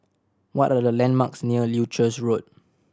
what are the landmarks near Leuchars Road